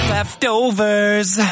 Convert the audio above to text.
Leftovers